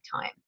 time